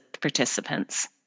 participants